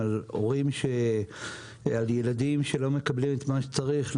על ילדים שלא מקבלים את מה שצריך.